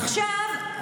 עכשיו,